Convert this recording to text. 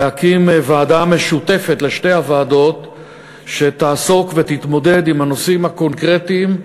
להקים ועדה משותפת לשתי הוועדות שתעסוק ותתמודד עם הנושאים הקונקרטיים,